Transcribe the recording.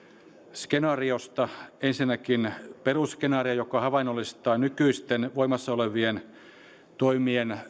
skenaariosta ensinnäkin perusskenaariosta joka havainnollistaa nykyisten voimassa olevien toimien